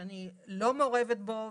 שאני לא מעורבת בו.